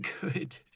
good